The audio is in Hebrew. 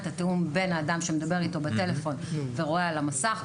את התיאום בין האדם שמדבר איתו בטלפון ורואה על המסך,